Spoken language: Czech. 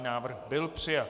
Návrh byl přijat.